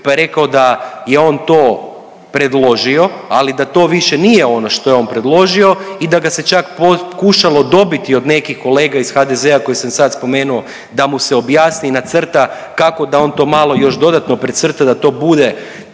pa je rekao da je on to predložio, ali da to više nije ono što je on predložio i da ga se čak pokušalo dobiti od nekih kolega iz HDZ-a koje sam sad spomenuo da mu se objasni i nacrta kako da on to malo još dodatno precrta da to bude